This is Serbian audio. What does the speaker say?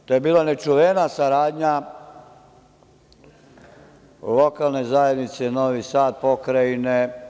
To je bila nečuvena saradnja lokalne zajednice Novi Sad, pokrajine.